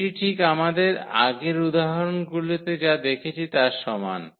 এটি ঠিক আমাদের আগের উদাহরণগুলিতে যা দেখেছি তার সমান